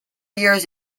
years